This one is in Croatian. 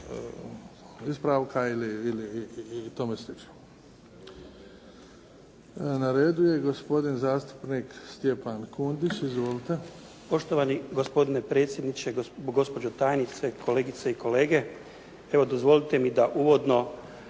ispravka ili, i tome slično. Na redu je gospodin zastupnik Stjepan Kundić. Izvolite. **Kundić, Stjepan (HDZ)** Poštovani gospodine predsjedniče, gospođo tajnice, kolegice i kolege. Evo dozvolite mi da uvodno